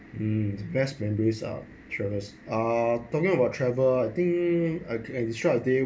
mm the best memories are travels ah talking about travel I think I can describe a day